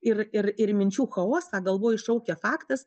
ir ir ir minčių chaosą galvoj iššaukia faktas